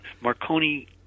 marconi